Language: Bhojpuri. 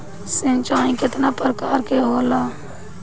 सिंचाई केतना प्रकार के होला?